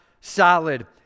solid